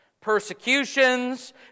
Persecutions